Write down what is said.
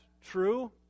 true